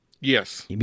Yes